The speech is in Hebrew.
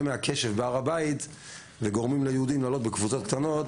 מהקשב בהר הבית וגורמים ליהודים לעלות בקבוצות קטנות,